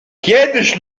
kiedyś